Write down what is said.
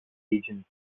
region